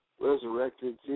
resurrected